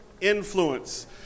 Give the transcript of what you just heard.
Influence